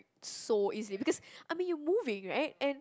so easily because I mean you moving right and